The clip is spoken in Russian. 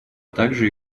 также